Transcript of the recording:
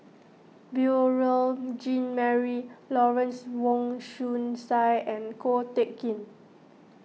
Beurel Jean Marie Lawrence Wong Shyun Tsai and Ko Teck Kin